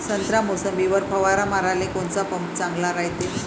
संत्रा, मोसंबीवर फवारा माराले कोनचा पंप चांगला रायते?